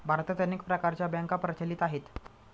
भारतात अनेक प्रकारच्या बँका प्रचलित आहेत